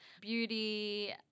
beauty